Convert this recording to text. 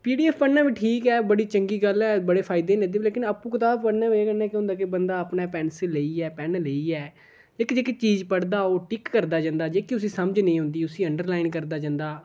पी D F पढ़ना बी ठीक ऐ बड़ी चंगी गल्ल ऐ बड़े फायदे न एह्दे लेकिन आपूं कताब पढ़ने दी बजह् कन्नै केह् होंदा कि बंदा पैंसिल लेइयै पैन लेइयै इक जेह्की ओह् चीज पढ़दा ओह् टिक करदा जंदा जेह्की उसी समझ नेईं औंदी उसी अंडरलाइन करदा जंदा